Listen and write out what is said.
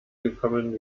gekommen